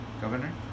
governor